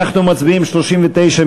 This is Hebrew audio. אנחנו מצביעים על סעיף 39,